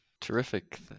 terrific